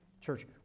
Church